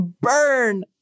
burn